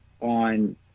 on